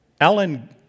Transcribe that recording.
Alan